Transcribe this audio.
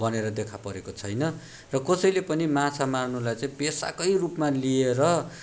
भनेर देखा परेको छैन र कसैले पनि माछा मार्नुलाई चाहिँ पेसाकै रूपमा लिएर